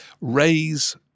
raise